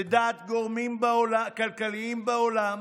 לדעת גורמים כלכליים בעולם,